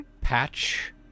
Patch